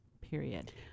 period